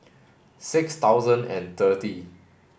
six thousand and thirty